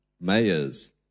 mayors